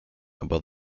about